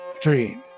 dream